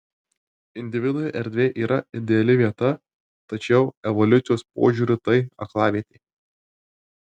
individui erdvė yra ideali vieta tačiau evoliucijos požiūriu tai aklavietė